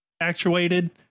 actuated